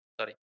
Sorry